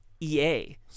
EA